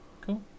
Cool